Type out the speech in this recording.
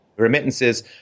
remittances